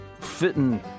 fitting